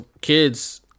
kids